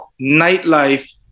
nightlife